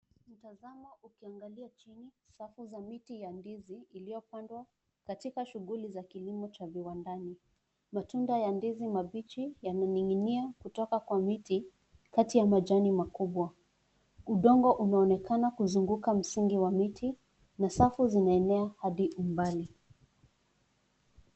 Mtazamo ukiangalia chini, safu za miti ya ndizi iliyopandwa katika shughuli za kilimo cha viwandani , matunda za ndizi mabichi yamening'inia kutoka kwa miti kati ya majani makubwa. Udongo unaonekana kuzunguka mzingi wa miti na safu zimemea hadi umbali.